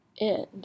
End